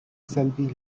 selby